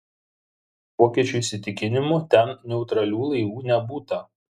vokiečių įsitikinimu ten neutralių laivų nebūta